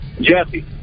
Jesse